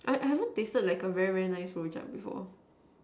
I I haven't tasted like a very very nice rojak